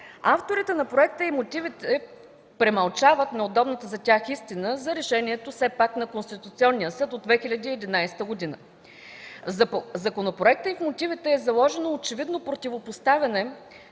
Авторите на проекта и мотивите премълчават неудобната за тях истина за решението на Конституционния съд от 2011 г. В законопроекта и в мотивите е заложено очевидно противопоставяне